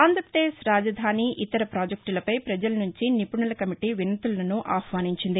ఆంధ్రప్రదేశ్ రాజధాని ఇతర ప్రాజెక్టులపై పజల నుంచి నిపుణుల కమిటీ వినతులను ఆహ్వానించింది